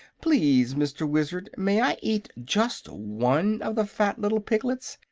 please, mr. wizard, may i eat just one of the fat little piglets?